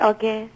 Okay